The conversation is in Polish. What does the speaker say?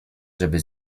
żeby